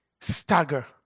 stagger